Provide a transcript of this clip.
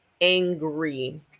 angry